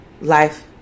Life